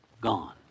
gone